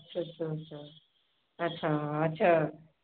अच्छा अच्छा अच्छा अच्छा अच्छा